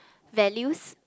values